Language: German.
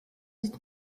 ist